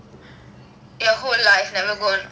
your whole life never go overseas trip